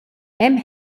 hemm